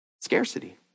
Scarcity